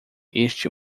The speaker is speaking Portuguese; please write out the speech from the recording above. este